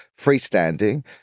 freestanding